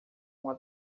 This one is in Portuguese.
uma